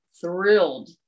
thrilled